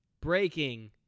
breaking